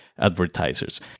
Advertisers